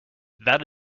that